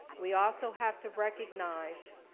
we also have to recognize,